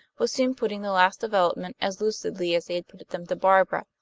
was soon putting the last developments as lucidly as he had put them to barbara.